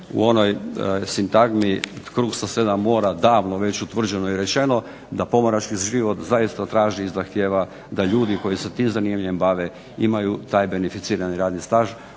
u onoj sintagmi kruh sa 7 mora davno već utvrđeno i rečeno da pomorački život zaista traži i zahtijeva da ljudi koji se tim zanimanjem bave imaju taj beneficirani radni staž